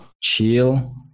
chill